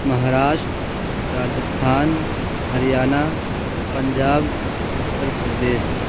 Maharashtra Rajasthan Haryana Punjab Uttar Pradesh